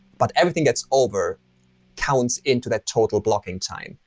but everything that's over counts into that total blocking time.